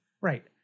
Right